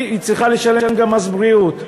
היא צריכה לשלם גם מס בריאות.